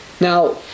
Now